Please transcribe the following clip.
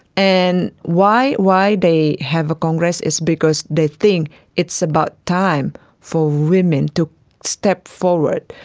and why why they have a congress is because they think it's about time for women to step forward,